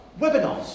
webinars